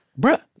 bruh